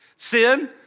sin